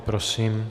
Prosím.